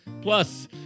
Plus